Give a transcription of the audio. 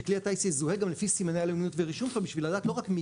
שכלי הטייס יזוהה גם לפי סימני הלאומיות ורישום בשביל לדעת לא רק מי